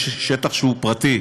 יש שטח שהוא פרטי,